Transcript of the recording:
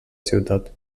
ciutat